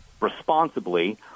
responsibly